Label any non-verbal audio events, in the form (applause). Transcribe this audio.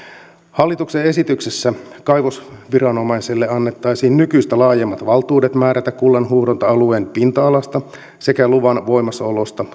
hallituksen esityksessä kaivosviranomaiselle annettaisiin nykyistä laajemmat valtuudet määrätä kullanhuuhdonta alueen pinta alasta sekä luvan voimassaolosta (unintelligible)